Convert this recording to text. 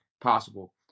possible